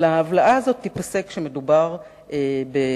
אבל ההבלעה הזאת תיפסק כשמדובר בהפרת